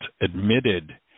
admitted